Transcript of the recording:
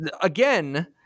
again